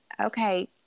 okay